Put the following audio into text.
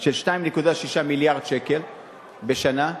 של 2.6 מיליארד שקל בשנה.